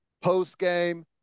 post-game